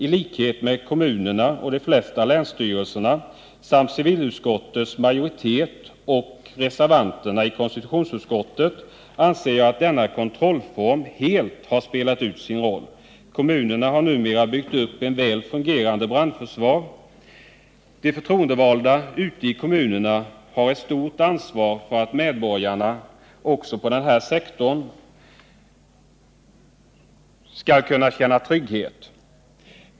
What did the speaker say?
I likhet med kommunerna och de flesta länsstyrelserna samt civilutskottets majoritet och reservanterna i konstitutionsutskottet anser jag att denna kontrollform helt har spelat ut sin roll. Kommunerna har numera byggt upp ett väl fungerande brandförsvar. De förtroendevalda ute i kommunerna har ett stort ansvar för att medborgarna också på denna sektor skall kunna känna trygghet.